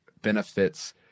benefits